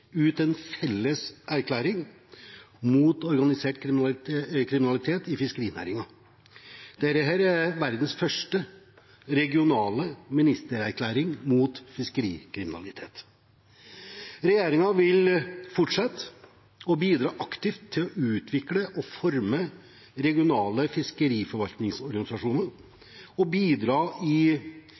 ut en felles erklæring mot organisert kriminalitet i fiskerinæringen. Dette er verdens første regionale ministererklæring mot fiskerikriminalitet. Regjeringen vil fortsette å bidra aktivt til å utvikle og forme regionale fiskeriforvaltningsorganisasjoner og bidra i